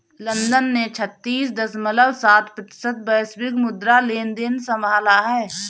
London ने छत्तीस दश्मलव सात प्रतिशत वैश्विक मुद्रा लेनदेन संभाला